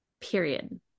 period